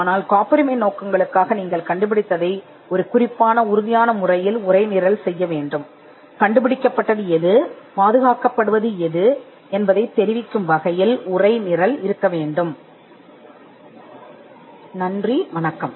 ஆனால் காப்புரிமையின் நோக்கங்களுக்காக நீங்கள் கண்டுபிடித்ததை ஒரு பாதுகாக்கப்பட்ட முறையில் உரைநிரல் செய்ய வேண்டும் இது கண்டுபிடிக்கப்பட்டவை மற்றும் பாதுகாக்கப்பட்டவை ஆகியவற்றை நீங்கள் தெரிவிக்க முடியும்